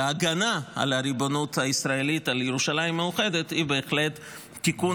על ההגנה על הריבונות הישראלית על ירושלים מאוחדת היא בהחלט תיקון